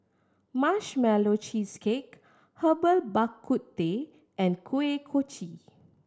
Marshmallow Cheesecake Herbal Bak Ku Teh and Kuih Kochi